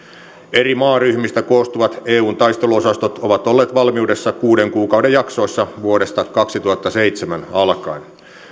eri maaryhmistä koostuvat eun taisteluosastot ovat olleet valmiudessa kuuden kuukauden jaksoissa vuodesta kaksituhattaseitsemän alkaen